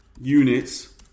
units